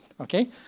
okay